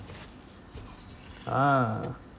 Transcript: a'ah